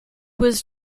was